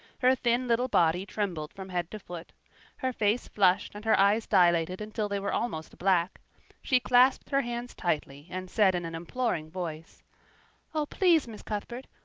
her thin little body trembled from head to foot her face flushed and her eyes dilated until they were almost black she clasped her hands tightly and said in an imploring voice oh, please, miss cuthbert,